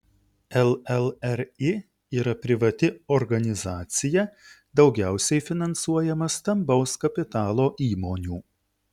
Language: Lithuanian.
llri yra privati organizacija daugiausiai finansuojama stambaus kapitalo įmonių